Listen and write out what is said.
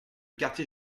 quartier